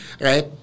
right